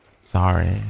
Sorry